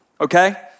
okay